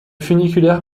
funiculaire